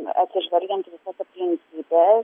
atsižvelgiant į visas aplinkybes